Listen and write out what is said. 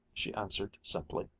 she answered simply.